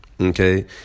Okay